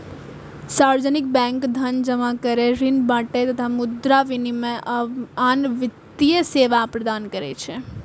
सार्वजनिक बैंक धन जमा करै, ऋण बांटय, मुद्रा विनिमय, आ आन वित्तीय सेवा प्रदान करै छै